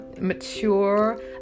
mature